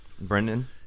Brendan